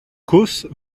causse